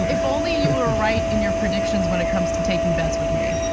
if only you were right in your predictions when it comes to taking bets with me.